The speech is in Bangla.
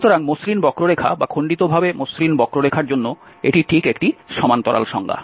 সুতরাং মসৃণ বক্ররেখা বা খন্ডিতভাবে মসৃণ বক্ররেখার জন্য এটি ঠিক একটি সমান্তরাল সংজ্ঞা